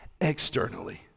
externally